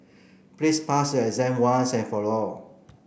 please pass your exam once and for all